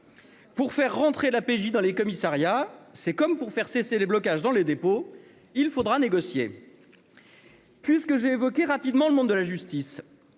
pour faire rentrer la PJ dans les commissariats, c'est comme pour faire cesser les blocages dans les dépôts, il faudra négocier. Que j'ai évoqué rapidement le monde de la justice,